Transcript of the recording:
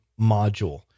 Module